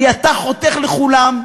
כי אתה חותך לכולם,